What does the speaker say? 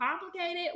complicated